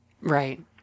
right